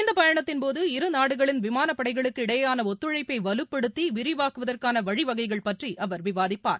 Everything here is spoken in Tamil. இந்த பயணத்தின்போது இரு நாடுகளின் விமானப் படைகளுக்கு இடையேயான ஒத்துழைப்பை வலுப்படுத்தி விரிவாக்குவதற்கான வழிவகைகள் பற்றி அவர் விவாதிப்பார்